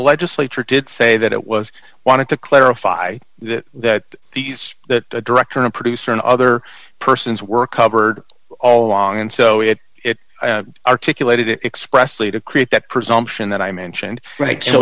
legislature did say that it was wanted to clarify that that these that the director and producer and other persons were covered all along and so it it articulated it expressly to create that presumption that i mentioned right so